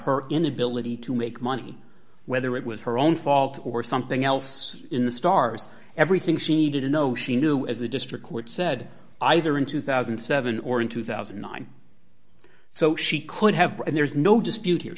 her inability to make money whether it was her own fault or something else in the stars everything seemed to know she knew as the district court said either in two thousand and seven or in two thousand and nine so she could have and there's no dispute here